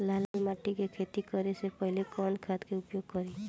लाल माटी में खेती करे से पहिले कवन खाद के उपयोग करीं?